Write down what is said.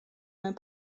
mewn